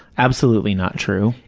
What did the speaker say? absolutely not true.